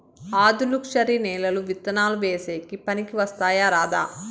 ఆధులుక్షరి నేలలు విత్తనాలు వేసేకి పనికి వస్తాయా రాదా?